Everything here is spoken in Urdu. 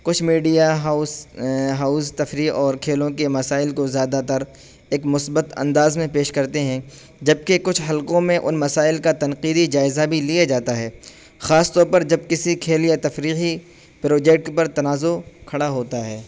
کچھ میڈیا ہاؤس ہاؤز تفریح اور کھیلوں کے مسائل کو زیادہ تر ایک مثبت انداز میں پیش کرتے ہیں جبکہ کچھ حلقوں میں ان مسائل کا تنقیدی جائزہ بھی لیا جاتا ہے خاص طور پر جب کسی کھیل یا تفریحی پروجیکٹ پر تنازع کھڑا ہوتا ہے